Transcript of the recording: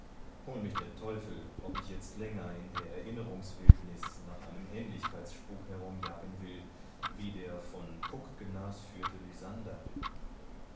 hol mich der teufel ob ich jetzt länger in der erinnerungswildnis nach einem ähnlichkeitsspuk herumjagen will wie der von puck genasführte lysander